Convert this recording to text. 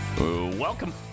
Welcome